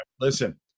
Listen